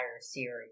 series